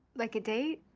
like a date?